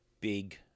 big